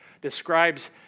Describes